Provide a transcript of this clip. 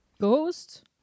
Ghost